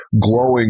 glowing